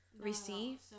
receive